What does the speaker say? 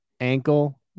ankle